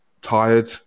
tired